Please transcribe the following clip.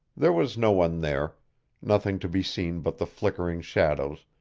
there was no one there nothing to be seen but the flickering shadows,